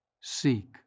Seek